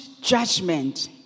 judgment